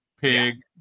Pig